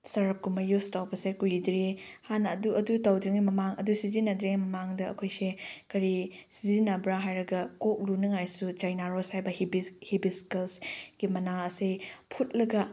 ꯁꯔꯞꯀꯨꯝꯕ ꯌꯨꯁ ꯇꯧꯕꯁꯦ ꯀꯨꯏꯗ꯭ꯔꯤ ꯍꯥꯟꯅ ꯑꯗꯨ ꯑꯗꯨ ꯇꯧꯗ꯭ꯔꯤꯉꯩ ꯃꯃꯥꯡ ꯑꯗꯨ ꯁꯤꯖꯤꯟꯅꯗ꯭ꯔꯤꯉꯩ ꯃꯃꯥꯡꯗ ꯑꯩꯈꯣꯏꯁꯦ ꯀꯔꯤ ꯁꯤꯖꯤꯟꯅꯕ꯭ꯔ ꯍꯥꯏꯔꯒ ꯀꯣꯛ ꯂꯨꯅꯤꯡꯉꯥꯏꯁꯨ ꯆꯩꯅꯥ ꯔꯣꯁ ꯍꯥꯏꯕ ꯍꯤꯕꯤꯁꯀꯁꯀꯤ ꯃꯅꯥ ꯑꯁꯦ ꯐꯨꯠꯂꯒ